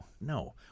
No